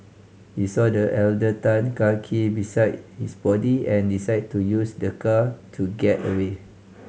he saw the elder Tan car key beside his body and decided to use the car to get away